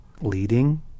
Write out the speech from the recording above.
leading